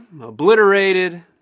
obliterated